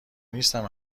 نیستم